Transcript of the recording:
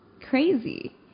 crazy